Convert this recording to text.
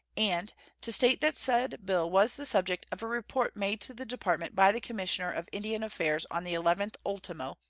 and to state that said bill was the subject of a report made to the department by the commissioner of indian affairs on the eleventh ultimo,